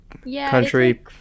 country